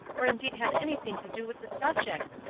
or indeed have anything to do with the subject?